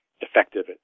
effective